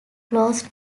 closed